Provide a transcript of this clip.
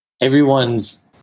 everyone's